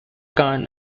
khan